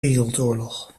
wereldoorlog